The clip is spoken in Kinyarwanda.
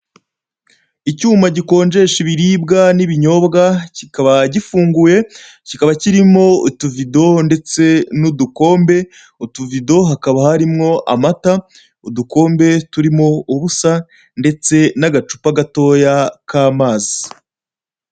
Icyuma gikonjesha ibiribwa n'ibinyobwa kikaba giufunguye, kikaba kirimo utivido ndetse n'udukombe, utuvido hakaba harimo amata, udukombe turimo ubusa, ndetse n'agacupa gatoya k'amazi.